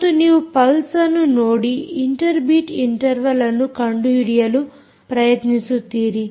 ಮತ್ತು ನೀವು ಪಲ್ಸ್ಅನ್ನು ನೋಡಿ ಇಂಟರ್ ಬೀಟ್ ಇಂಟರ್ವಲ್ಅನ್ನು ಕಂಡುಹಿಡಿಯಲು ಪ್ರಯತ್ನಿಸುತ್ತೀರಿ